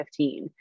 2015